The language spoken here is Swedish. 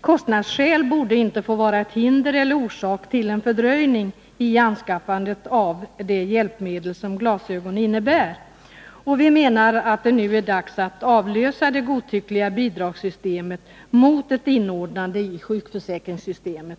Kostnadsskäl borde inte få vara ett hinder eller en orsak till fördröjning när det gäller anskaffandet av de hjälpmedel som glasögon utgör. Vi menar att det nu är dags att ersätta det godtyckliga bidragssystemet med ett inordnande i sjukförsäkringssystemet.